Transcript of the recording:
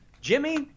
Jimmy